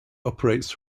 operates